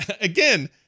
again